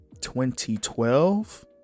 2012